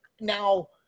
now